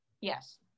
yes